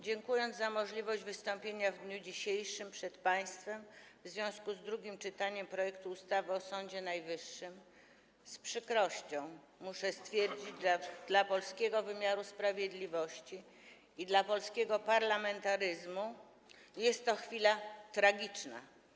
Dziękując za możliwość wystąpienia w dniu dzisiejszym przed państwem w związku z drugim czytaniem projektu ustawy o Sądzie Najwyższym, z przykrością muszę stwierdzić, że dla polskiego wymiaru sprawiedliwości i dla polskiego parlamentaryzmu jest to chwila tragiczna.